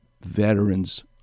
veterans